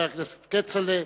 חברי הכנסת כצל'ה,